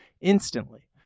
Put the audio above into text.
instantly